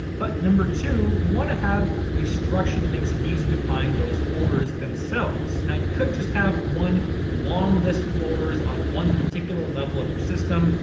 but number two, you wanna have a structure that makes it easy to find those folders themselves. now, you could just have one long list of folders on one particular level of your system,